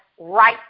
right